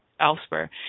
elsewhere